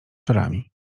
czorami